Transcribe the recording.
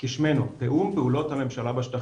כשמנו, תאום פעולות הממשלה בשטחים.